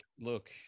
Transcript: Look